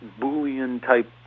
Boolean-type